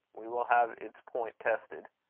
we will have its point tested.